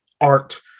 art